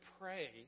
pray